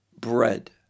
bread